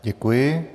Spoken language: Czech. Děkuji.